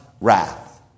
wrath